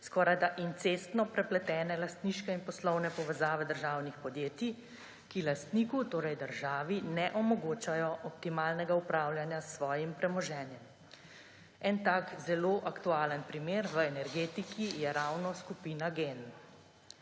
skorajda incestno prepletene lastniške in poslovne povezave državnih podjetij, ki lastniku, torej državi, ne omogočajo optimalnega upravljanja s svojim premoženjem. En tak zelo aktualen primer v energetiki je ravno Skupina GEN.